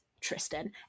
Tristan